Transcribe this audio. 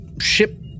ship